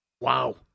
Wow